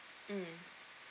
mm